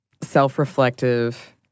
self-reflective